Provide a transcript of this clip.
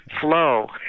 flow